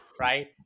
right